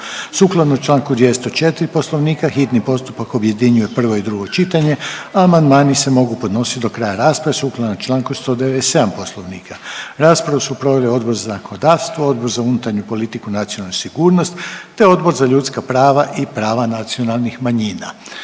Sukladno čl. 204 Poslovnika, hitni postupak objedinjuje prvo i drugo čitanje, a amandmani se mogu podnositi do kraja rasprave sukladno čl. 197 Poslovnika. Raspravu su proveli Odbor za zakonodavstvo, Odbor za unutarnju politiku i nacionalnu sigurnost te Odbor za ljudska prava i prava nacionalnih manjina.